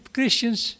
Christians